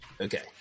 Okay